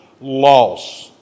loss